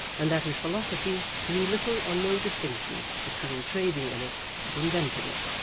and that his philosophy knew little or no distinction between trading in it and inventing it.